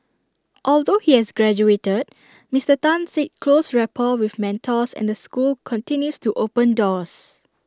although he has graduated Mister Tan said close rapport with mentors and the school continues to open doors